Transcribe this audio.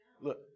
Look